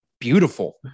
beautiful